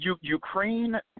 Ukraine